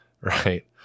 right